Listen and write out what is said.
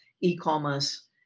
e-commerce